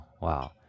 Wow